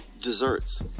desserts